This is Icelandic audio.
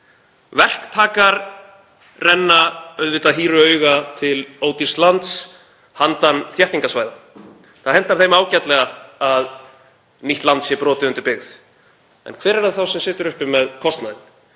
Verktakar renna auðvitað hýru auga til ódýrs lands handan þéttingarsvæða. Það hentar þeim ágætlega að nýtt land sé brotið undir byggð. En hver er það þá sem situr uppi með kostnaðinn?